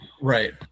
Right